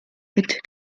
mit